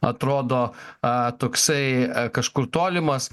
atrodo a toksai kažkur tolimas